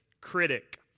critic